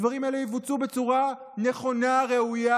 הדברים האלה יבוצעו בצורה נכונה וראויה,